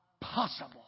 possible